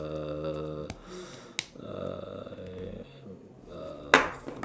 uh